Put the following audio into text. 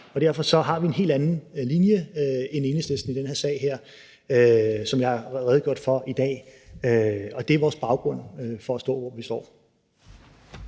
derfor har vi en helt anden linje end Enhedslisten i den her sag, hvilket jeg har redegjort for i dag. Og det er vores baggrund for at stå, hvor vi står.